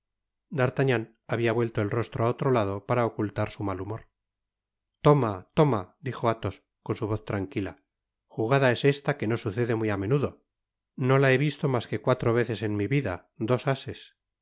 d'artagnan habia vuelto el rostro á otro lado para ocultar su mal humor toma toma dijo athos con su voziranquila jugada es esta que no sucede muy á menudo no la be visto mas que cuatro veces en mi vida dos ases